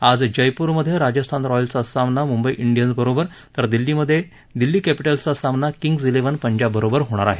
आज जयपूरमधे राजस्थान रॉयल्सचा सामना मुंबई इंडियन्स बरोबर तर दिल्लीमधे दिल्ली कॅपिटल्सचा सामना किंग्ज इलेव्हन पंजाब बरोबर होणार आहे